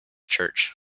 church